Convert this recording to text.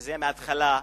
וזה מההתחלה,